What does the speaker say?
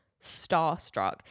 starstruck